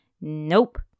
Nope